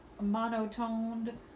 monotoned